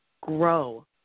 grow